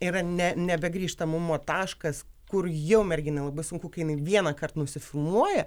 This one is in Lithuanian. yra ne nebegrįštamumo taškas kur jau merginai labai sunku kai jinai vienąkart nusifilmuoja